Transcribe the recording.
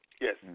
Yes